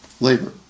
labor